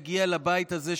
יגיע לבית הזה,